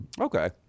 Okay